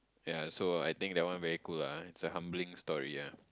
ya also I think that one very cool ah it's a humbling story ah